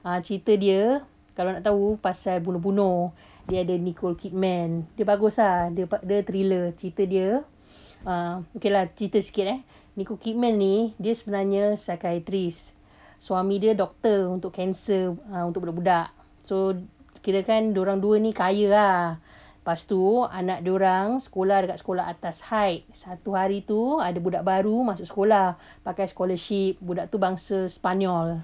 ha cerita dia kalau nak tahu pasal bunuh-bunuh dia ada nicole kidman tapi bagus ah dia dia thriller cerita dia ah okay lah cerita sikit eh nicole kidman ni dia sebenarnya psychiatrist suami dia doctor untuk cancer uh untuk budak-budak so kirakan dia orang dua ni kaya ah lepas tu anak dia orang sekolah atas high satu hari tu ada budak baru masuk sekolah pakai scholarship budak tu bangsa sepanyol